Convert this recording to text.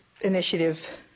initiative